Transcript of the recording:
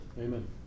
Amen